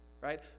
right